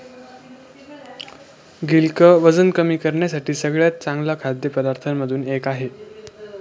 गिलक वजन कमी करण्यासाठी सगळ्यात चांगल्या खाद्य पदार्थांमधून एक आहे